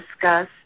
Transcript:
discuss